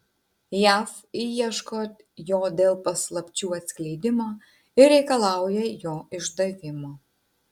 jav ieško jo dėl paslapčių atskleidimo ir reikalauja jo išdavimo